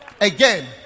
again